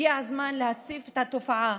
הגיע הזמן להציף את התופעה,